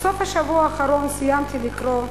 בסוף השבוע האחרון סיימתי לקרוא,